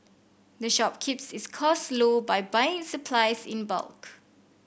the shop keeps its costs low by buying its supplies in bulk